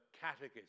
catechism